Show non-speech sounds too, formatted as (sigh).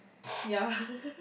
ya (laughs)